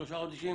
שלושה חודשים,